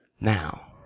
now